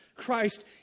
Christ